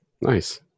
Nice